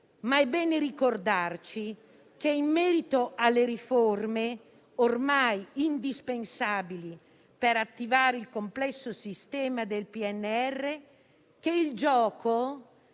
Ma è bene ricordarci, in merito alle riforme ormai indispensabili per attivare il complesso sistema del PNRR, che il gioco